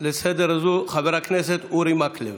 לסדר-היום הזאת, חבר הכנסת אורי מקלב.